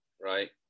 right